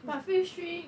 but phase three